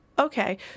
Okay